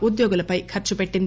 ఉద్యోగులపై ఖర్చుపెట్టింది